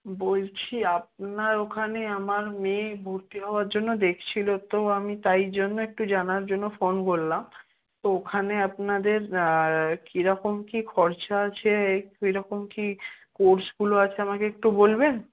বলছি আপনার ওখানে আমার মেয়ে ভর্তি হওয়ার জন্য দেখছিলো তো আমি তাই জন্য একটু জানার জন্য ফোন করলাম তো ওখানে আপনাদের কীরকম কী খরচা আছে কীরকম কী কোর্সগুলো আছে আমাকে একটু বলবেন